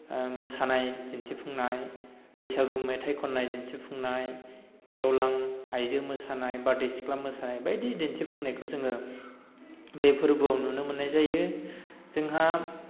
मोसानाय दिन्थिफुंनाय बैसागु मेथाइ खननाय दिन्थिफुंनाय गेवलां आइजो मोसानाय बारदै सिख्ला मोसानाय बायदि दिन्थिफुंनायखौ जोङो बे फोरबोआवनो नुनो मोननाय जायो जोंहा